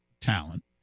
talent